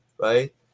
Right